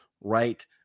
right